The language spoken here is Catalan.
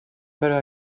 però